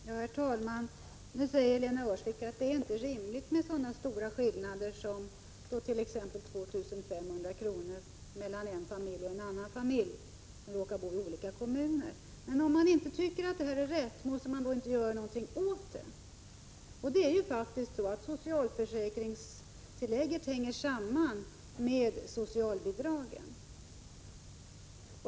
Herr talman! Nu säger Lena Öhrsvik att det inte är rimligt med så stora skillnader som 2 500 kr. mellan två familjer som råkar bo i olika kommuner. Men om man inte tycker att detta är rätt, måste man då inte göra någonting åt det? Det är faktiskt så att socialförsäkringstillägget hänger samman med socialbidragen.